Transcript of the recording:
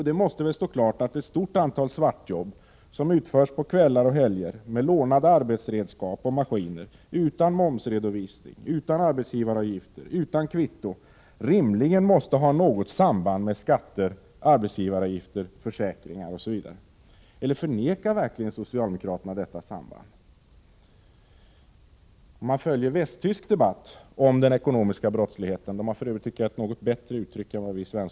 Det måste väl stå klart att ett stort antal svartjobb, som utförs på kvällar och helger — med lånade arbetsredskap och maskiner, utan momsredovisning, utan arbetsgivaravgifter och utan kvitton — rimligen måste ha något samband med skatter, arbetsgivaravgifter, försäkringar osv. Eller förnekar socialdemokraterna verkligen detta samband? I den västtyska debatten om den ekonomiska brottsligheten har man ett bättre uttryck än vi har i Sverige.